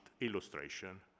illustration